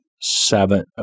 seven